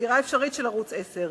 סגירה אפשרית של ערוץ-10.